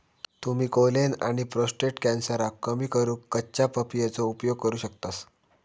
तुम्ही कोलेन आणि प्रोटेस्ट कॅन्सरका कमी करूक कच्च्या पपयेचो उपयोग करू शकतास